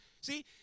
See